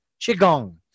Qigong